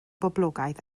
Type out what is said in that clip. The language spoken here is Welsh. boblogaidd